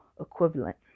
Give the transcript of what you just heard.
Equivalent